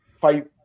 Fight